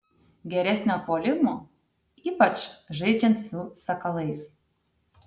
geresnio puolimo ypač žaidžiant su sakalais